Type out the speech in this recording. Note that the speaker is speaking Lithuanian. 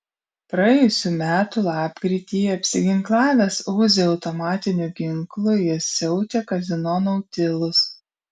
praėjusių metų lapkritį apsiginklavęs uzi automatiniu ginklu jis siautė kazino nautilus